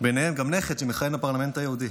וביניהם גם נכד שמכהן בפרלמנט היהודי.